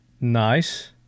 Nice